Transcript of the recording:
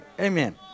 Amen